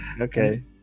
okay